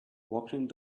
walking